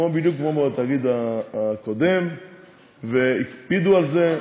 בדיוק כמו בתאגיד הקודם, והקפידו על זה.